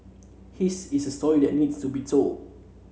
his is a story that needs to be told